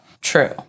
True